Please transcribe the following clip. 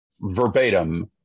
verbatim